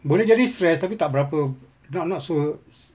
boleh jadi stress tapi tak berapa not not so st~